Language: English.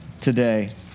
today